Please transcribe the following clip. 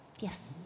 Yes